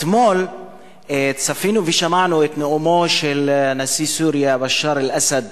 אתמול צפינו ושמענו את נאומו של נשיא סוריה בשאר אל-אסד,